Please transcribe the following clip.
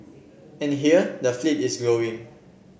and here the fleet is growing